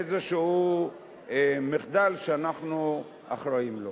איזשהו מחדל שאנחנו אחראים לו.